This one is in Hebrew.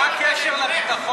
מה הקשר בין ביטחון לקריית ארבע?